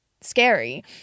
scary